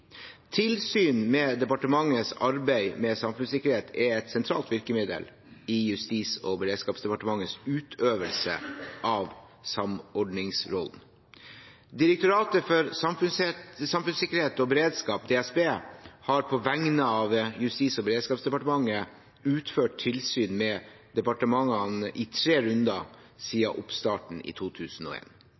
Tilsyn med departementenes arbeid med samfunnssikkerhet er et sentralt virkemiddel i Justis- og beredskapsdepartementets utøvelse av samordningsrollen. Direktoratet for samfunnssikkerhet og beredskap, DSB, har på vegne av Justis- og beredskapsdepartementet utført tilsyn med departementene i tre runder siden oppstarten i